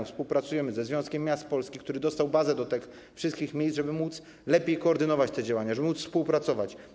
Współpracujemy ze Związkiem Miast Polskich, który dostał bazę dotyczącą tych wszystkich miejsc, żeby móc lepiej koordynować te działania, żeby móc współpracować.